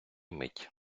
мить